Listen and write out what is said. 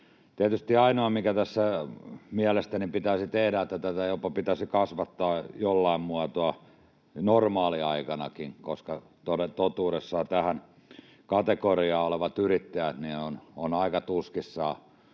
Tietysti ainoa, mikä tässä mielestäni pitäisi tehdä, on, että tätä jopa pitäisi kasvattaa jollain muotoa normaaliaikanakin, koska totuudessa tässä kategoriassa olevat yrittäjät ovat aika tuskissaan